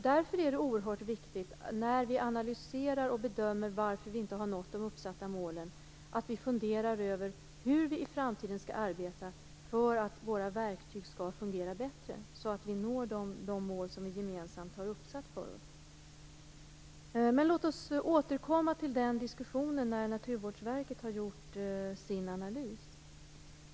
Därför är det viktigt att vi, när vi analyserar och bedömer varför vi inte har nått de uppsatta målen, funderar över hur vi i framtiden skall arbeta för att våra verktyg skall fungera bättre, så att vi når de mål som vi gemensamt har satt upp för oss. Låt oss återkomma till den diskussionen när Naturvårdsverket har gjort sin analys.